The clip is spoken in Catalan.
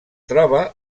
troba